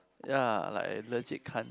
ya like I legit can't